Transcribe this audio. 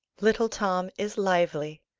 little tom is lively.